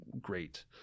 great